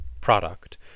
product